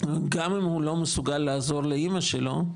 גם אם הוא לא מסוגל לעזור לאמא שלו,